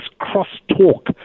cross-talk